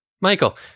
Michael